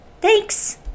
Thanks